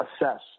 assess